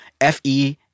F-E